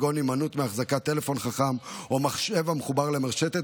כגון הימנעות מהחזקת טלפון חכם או מחשב המחובר למרשתת